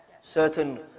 certain